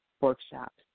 workshops